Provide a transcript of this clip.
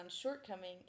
shortcoming